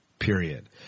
period